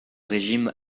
régime